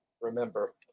remember